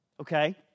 okay